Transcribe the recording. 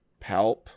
Palp